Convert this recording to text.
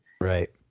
Right